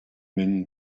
men